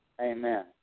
Amen